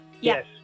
Yes